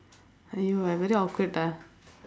!aiyo! I very awkward ah